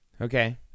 Okay